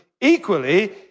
equally